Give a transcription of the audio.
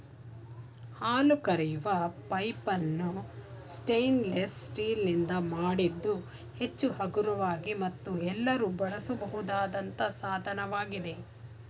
ಹಾಲು ಕರೆಯುವ ಪೈಪನ್ನು ಸ್ಟೇನ್ಲೆಸ್ ಸ್ಟೀಲ್ ನಿಂದ ಮಾಡಿದ್ದು ಹೆಚ್ಚು ಹಗುರವಾಗಿ ಮತ್ತು ಎಲ್ಲರೂ ಬಳಸಬಹುದಾದಂತ ಸಾಧನವಾಗಿದೆ